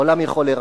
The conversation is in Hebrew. העולם יוכל להירגע,